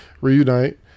reunite